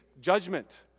judgment